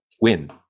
win